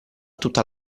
tutta